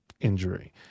injury